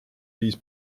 viis